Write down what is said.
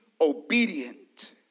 obedient